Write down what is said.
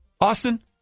Austin